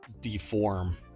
deform